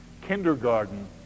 Kindergarten